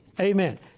Amen